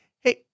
hey